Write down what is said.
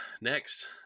next